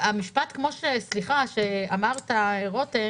משפט כמו שאמרת, רותם